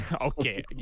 okay